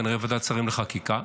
כנראה בוועדת השרים לחקיקה.